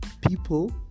People